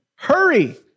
Hurry